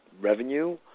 revenue